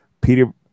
peter